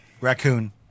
Raccoon